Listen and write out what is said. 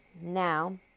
now